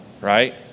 Right